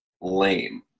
lame